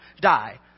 die